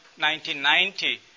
1990